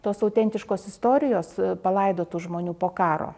tos autentiškos istorijos palaidotų žmonių po karo